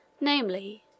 namely